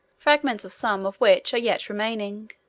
fragments of some of which are yet remaining.